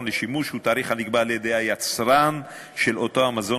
לשימוש הוא תאריך הנקבע על-ידי היצרן של אותו המזון,